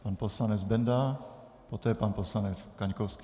Pan poslanec Benda, poté pan poslanec Kaňkovský.